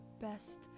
best